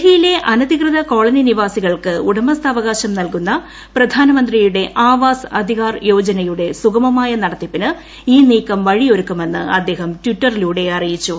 ഡൽഹിയിലെ അനധികൃത കോളനി നിവാസികൾക്ക് ഉടമസ്ഥാവകാശം നൽകുന്ന പ്രധാനമന്ത്രിയുടെ ആവാസ് അധികാർ യോജനയുടെ സുഗമമായ നടത്തിപ്പിന് ഈ നീക്കം വഴിയൊരുക്കുമെന്ന് അദ്ദേഹം ട്വിറ്ററിലൂടെ അറിയിച്ചു